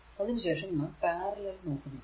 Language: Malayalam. അതിനു ശേഷം നാം പാരലൽ നോക്കുന്നതാണ്